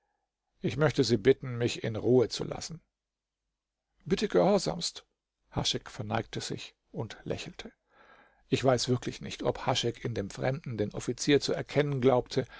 ich möchte sie bitten mich in ruhe zu lassen bitte gehorsamst haschek verneigte sich und lächelte ich weiß wirklich nicht ob haschek in dem fremden den offizier zu erkennen glaubte